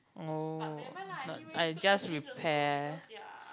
oh but I just repair